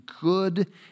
good